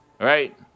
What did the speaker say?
right